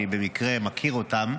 אני במקרה מכיר אותם,